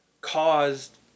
caused